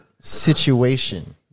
situation